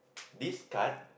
this card